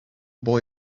boy